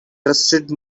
trusted